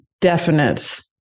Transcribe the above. definite